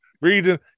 reading